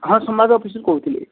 ହଁ ସମ୍ବାଦ ଅଫିସରୁ କହୁଥିଲି